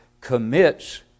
commits